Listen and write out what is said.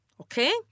Okay